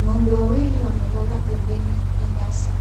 Ng'ombe wawili wamelala pembeni ya nyasi ,